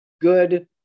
good